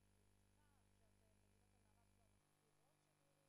בסיוון תשע"ב,